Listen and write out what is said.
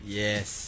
yes